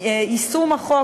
יישום החוק,